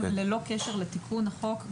ללא קשר לתיקון החוק,